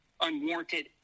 unwarranted